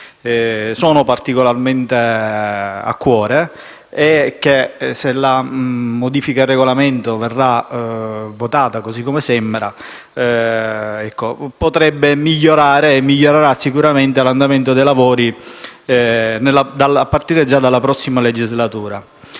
stanno particolarmente a cuore e che, se la riforma del Regolamento verrà approvata, così come sembra, potrebbero migliorare, anzi miglioreranno sicuramente l'andamento dei lavori a partire dalla prossima legislatura.